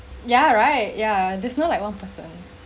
yeah right yeah there's no like one person